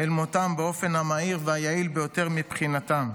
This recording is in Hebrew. אל מותם באופן המהיר והיעיל ביותר מבחינתם.